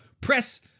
Press